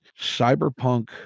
cyberpunk